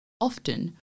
Often